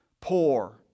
poor